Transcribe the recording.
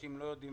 אנשים לא יודעים